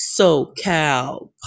SoCal